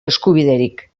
eskubiderik